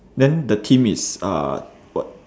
then the tim is uh what